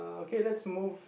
okay let's move